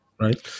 right